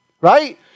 right